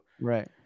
right